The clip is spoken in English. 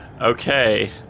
Okay